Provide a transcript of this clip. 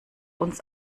uns